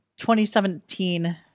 2017